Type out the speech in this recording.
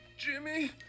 Jimmy